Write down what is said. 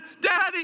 Daddy